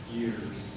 years